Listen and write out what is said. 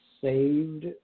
saved